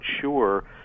sure